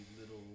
little